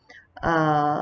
uh